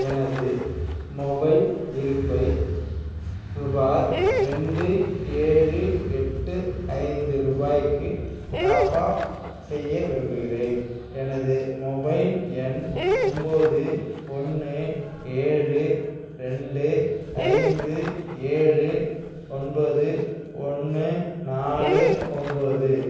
எனது மொபைல் இருப்பை ருபாய் ரெண்டு ஏழு எட்டு ஐந்து ரூபாய்க்கு டாப்அப் செய்ய விரும்புகிறேன் எனது மொபைல் எண் ஒன்போது ஒன்று ஏழு ரெண்டு ஐந்து ஏழு ஒன்பது ஒன்று நாலு ஒன்போது